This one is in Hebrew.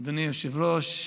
אדוני היושב-ראש,